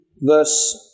Verse